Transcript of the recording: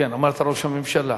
אמרת ראש הממשלה.